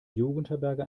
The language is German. jugendherberge